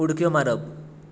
उडक्यो मारप